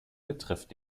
betrifft